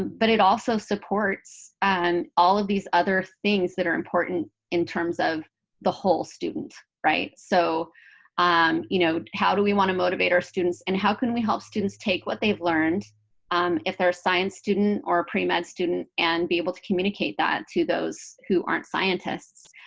but it also supports and all of these other things that are important in terms of the whole student. so um you know, how do we want to motivate our students, and how can we help students take what they've learned um if they're a science student or a premed student and be able to communicate that to those who aren't scientists.